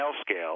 scale